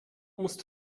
musst